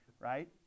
right